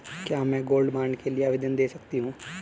क्या मैं gold bond के लिए आवेदन दे सकती हूँ?